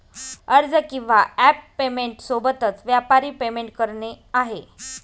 अर्ज किंवा app payment सोबतच, व्यापारी पेमेंट करणे आहे